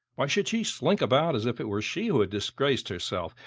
why should she slink about as if it were she who had disgraced herself?